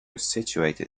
situated